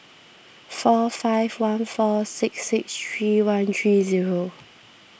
four five one four six six three one three zero